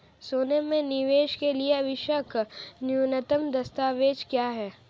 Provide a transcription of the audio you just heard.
सोने में निवेश के लिए आवश्यक न्यूनतम दस्तावेज़ क्या हैं?